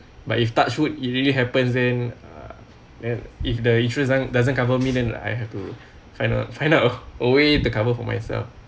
but if touch wood it really happens then uh then if the insurance doesn't cover me then I have to find out find out a way to cover for myself